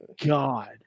God